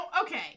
okay